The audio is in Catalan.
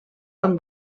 amb